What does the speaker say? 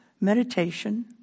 meditation